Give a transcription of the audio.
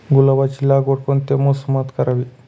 गुलाबाची लागवड कोणत्या मोसमात करावी?